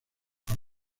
por